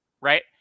right